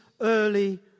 early